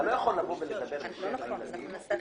אין בעיה.